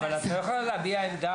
אבל את לא יכולה להביע עמדה.